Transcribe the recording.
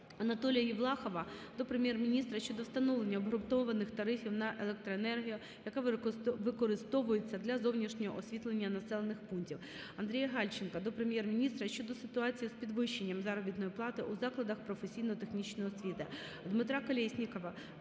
Анатолія Євлахова до Прем'єр-міністра щодо встановлення обґрунтованих тарифів на електроенергію, яка використовується для зовнішнього освітлення населених пунктів. Андрія Гальченка до Прем'єр-міністра щодо ситуації з підвищенням заробітної плати у закладах професійно-технічної освіти. Дмитра Колєснікова